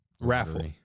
raffle